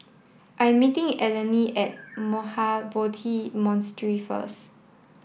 I'm meeting Eleni at Mahabodhi Monastery first